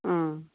অঁ